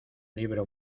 libro